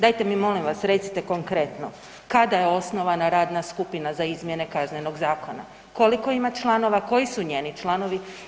Dajte mi molim vas recite konkretno, kada je osnovana radna skupina za izmjene Kaznenog zakona, koliko ima članova, koji su njeni članovi?